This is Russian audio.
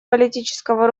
политического